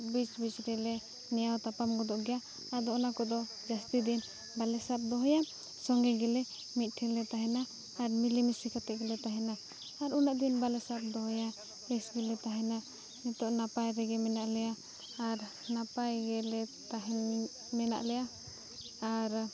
ᱵᱤᱪ ᱵᱤᱪ ᱨᱮᱞᱮ ᱱᱮᱣᱟᱣ ᱛᱟᱯᱟᱢ ᱜᱚᱫᱚᱜ ᱜᱮᱭᱟ ᱟᱫᱚ ᱚᱱᱟ ᱠᱚᱫᱚ ᱡᱟᱥᱛᱤ ᱫᱤᱱ ᱵᱟᱞᱮ ᱥᱟᱵ ᱫᱚᱦᱚᱭᱟ ᱥᱚᱸᱜᱮ ᱜᱮᱞᱮ ᱢᱤᱫᱴᱷᱮᱱ ᱞᱮ ᱛᱟᱦᱮᱱᱟ ᱟᱨ ᱢᱤᱞᱮ ᱢᱤᱥᱮ ᱠᱟᱛᱮᱜ ᱜᱮᱞᱮ ᱛᱟᱦᱮᱱᱟ ᱟᱨ ᱩᱱᱟᱹᱜ ᱫᱤᱱ ᱵᱟᱞᱮ ᱥᱟᱵ ᱫᱚᱦᱚᱭᱟ ᱵᱮᱥᱜᱮᱞᱟ ᱛᱟᱦᱮᱱᱟ ᱱᱤᱛᱳᱜ ᱱᱟᱯᱟᱭ ᱨᱮᱜᱮ ᱢᱮᱱᱟᱜ ᱞᱮᱭᱟ ᱟᱨ ᱱᱟᱯᱟᱭ ᱜᱮᱞᱮ ᱛᱟᱦᱮᱱ ᱢᱮᱱᱟᱜ ᱞᱮᱭᱟ ᱟᱨ